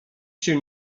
się